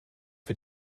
für